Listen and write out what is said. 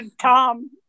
Tom